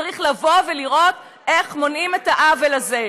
צריך לראות איך מונעים את העוול הזה,